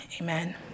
Amen